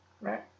right